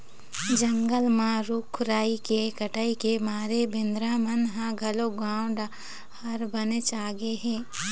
जंगल म रूख राई के कटई के मारे बेंदरा मन ह घलोक गाँव डहर बनेच आगे हे